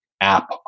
app